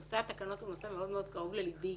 נושא התקנות הוא נושא מאוד מאוד קרוב לליבי.